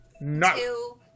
No